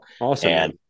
Awesome